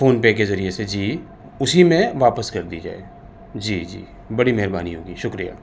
phone پے کے ذریعے سے جی اسی میں واپس کر دی جائے جی جی بڑی مہربانی ہوگی شکریہ